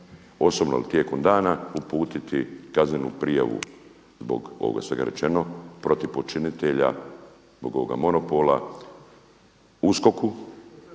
osobno tijekom dana uputiti kaznenu prijavu zbog ovoga svega rečeno protiv počinitelja zbog ovoga monopola USKOK-u,